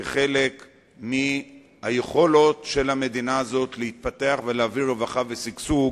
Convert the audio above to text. כחלק מהיכולות של המדינה הזו להתפתח ולהביא רווחה ושגשוג